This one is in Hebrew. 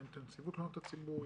מנהלת נציבות תלונות הציבור,